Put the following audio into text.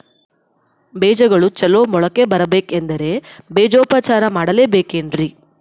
ಬೇಜಗಳು ಚಲೋ ಮೊಳಕೆ ಬರಬೇಕಂದ್ರೆ ಬೇಜೋಪಚಾರ ಮಾಡಲೆಬೇಕೆನ್ರಿ?